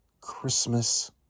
Christmas